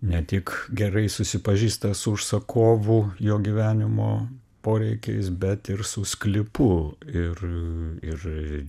ne tik gerai susipažįsta su užsakovu jo gyvenimo poreikiais bet ir su sklypu ir ir